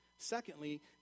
Secondly